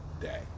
day